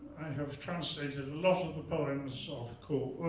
have translated a lot of the poems of ko